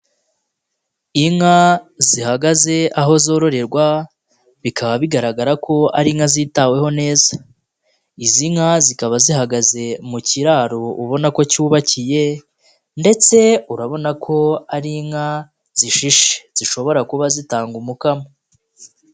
Inka zihagaze aho zororerwa bikaba bigaragara ko ari inka zitaweho neza, izi nka zikaba zihagaze mu kiraro ubona ko cyubakiye ndetse urabona ko ari inka zishishe, zishobora kuba zitanga umukamo.